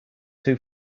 too